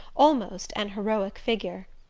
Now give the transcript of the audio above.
almost an heroic figure.